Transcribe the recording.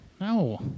No